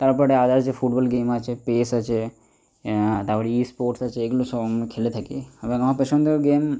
তার পরে আদার্স যে ফুটবল গেম আছে পেস আছে তারপর ই স্পোর্টস আছে এগুলো সব আমি খেলে থাকি আবার আমার পছন্দের গেম